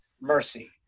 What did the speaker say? mercy